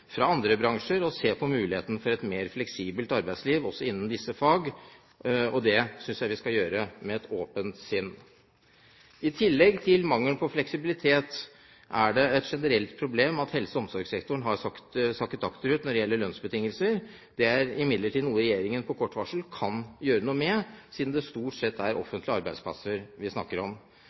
fra andre bransjer og se på mulighetene for et mer fleksibelt arbeidsliv også innen disse fag, og det synes jeg vi skal gjøre med et åpent sinn. I tillegg til mangelen på fleksibilitet er det et generelt problem at helse- og omsorgssektoren har sakket akterut når det gjelder lønnsbetingelser. Dette er imidlertid noe regjeringen på kort varsel kan gjøre noe med, siden det stort sett er offentlige arbeidsplasser vi snakker om.